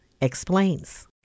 explains